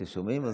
כששומעים,